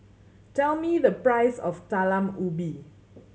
tell me the price of Talam Ubi